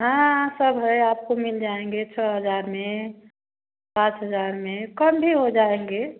हाँ हाँ सब है आपको मिल जाएँगे छः हज़ार में सात हज़ार में कम भी हो जाएँगे